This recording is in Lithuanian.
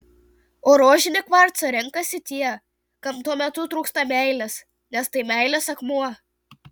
o rožinį kvarcą renkasi tie kam tuo metu trūksta meilės nes tai meilės akmuo